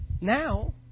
now